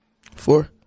Four